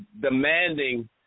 demanding